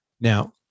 Now